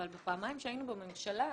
אבל בפעמיים שהיינו בממשלה,